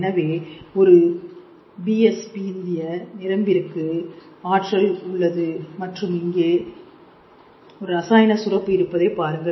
எனவே ஒரு பிஎஸ்பிந்திய நரம்பிற்கு ஆற்றல் உள்ளது மற்றும் இங்கே ஒரு ரசாயன சுரப்பு இருப்பதை பாருங்கள்